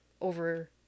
over